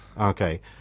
Okay